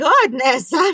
goodness